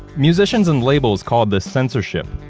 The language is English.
musicians and labels called the censorship.